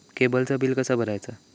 केबलचा बिल कसा भरायचा?